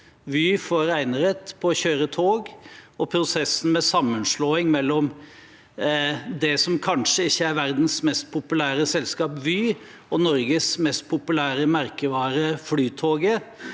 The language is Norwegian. de får enerett på å kjøre tog. Og prosessen med sammenslåing mellom det som kanskje ikke er verdens mest populære selskap, Vy, og Norges mest populære merkevare, Flytoget,